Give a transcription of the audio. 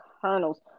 kernels